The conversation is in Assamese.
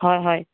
হয় হয়